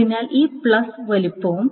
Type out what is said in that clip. അതിനാൽ ഈ പ്ലസ് വലിപ്പവും